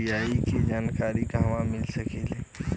UPI के जानकारी कहवा मिल सकेले?